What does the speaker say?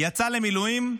יצאה למילואים.